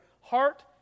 heart